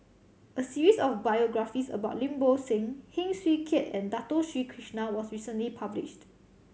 a series of biographies about Lim Bo Seng Heng Swee Keat and Dato Sri Krishna was recently published